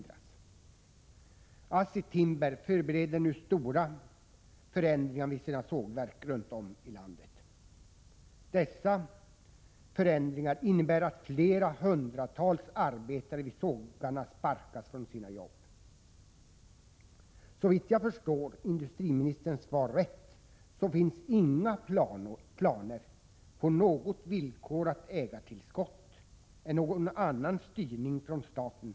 ASSI Timber förbereder nu stora förändringar vid sina sågverk runt om i landet. Dessa förändringar innebär att flera hundratal arbetare vid sågarna — Prot. 1986/87:33 sparkas från sina jobb. Såvitt jag förstår industriministerns svar rätt finnsinga 21 november 1986 planer på något villkorat ägartillskott eller någon annan styrning från staten.